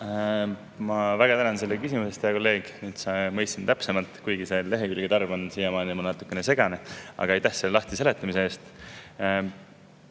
Ma väga tänan selle küsimuse eest, hea kolleeg! Nüüd mõistsin täpsemalt. Kuigi see lehekülgede arv on siiamaani mulle natukene segane, aga aitäh selle lahtiseletamise eest!